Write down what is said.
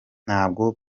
ntabwo